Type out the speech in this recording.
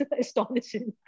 astonishing